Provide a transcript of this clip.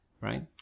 right